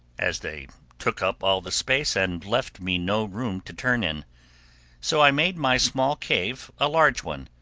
as they took up all the space, and left me no room to turn in so i made my small cave a large one,